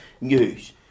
news